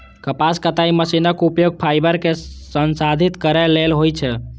कपास कताइ मशीनक उपयोग फाइबर कें संसाधित करै लेल होइ छै